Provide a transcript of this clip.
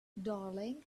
darling